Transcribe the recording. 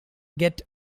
get